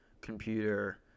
computer